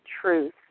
truth